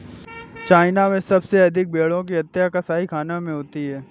China में सबसे अधिक भेंड़ों की हत्या कसाईखानों में होती है